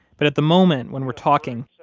but at the moment when we're talking,